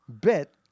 bit